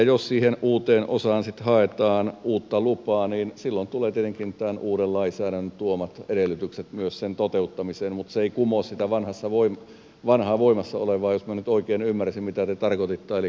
jos siihen uuteen osaan sitten haetaan uutta lupaa silloin tulevat tietenkin tämän uuden lainsäädännön tuomat edellytykset myös sen toteuttamiseen mutta se ei kumoa sitä vanhaa voimassa olevaa jos minä nyt oikein ymmärsin mitä te tarkoititte